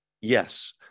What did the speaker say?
Yes